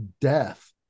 death